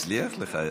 הצליח לך.